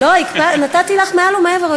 לא, נתתי לך מעל ומעבר.